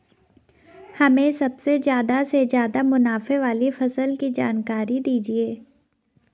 हमें सबसे ज़्यादा से ज़्यादा मुनाफे वाली फसल की जानकारी दीजिए